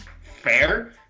Fair